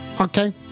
Okay